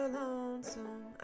lonesome